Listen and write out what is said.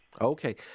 okay